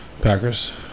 Packers